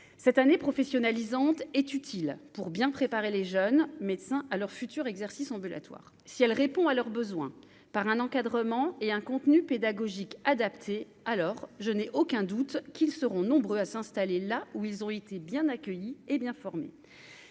cette année professionnalisante est utile pour bien préparer les jeunes médecins à leur futur exercice ambulatoire si elle répond à leurs besoins par un encadrement et un contenu pédagogique adapté, alors je n'ai aucun doute qu'ils seront nombreux à s'installer là où ils ont été bien accueillis et bien formées,